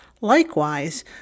Likewise